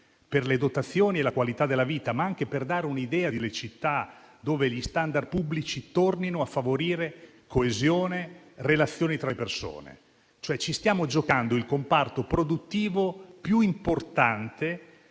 per le dotazioni e la qualità della vita, ma anche per dare un'idea di città in cui gli *standard* pubblici tornino a favorire coesione e relazioni tra le persone. Ci stiamo cioè giocando il comparto produttivo più importante